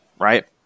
right